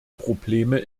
probleme